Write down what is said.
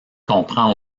comprend